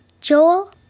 Joel